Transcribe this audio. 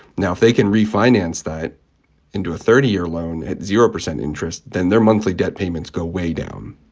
now, if they can refinance that into a thirty year loan at zero percent interest, then their monthly debt payments go way down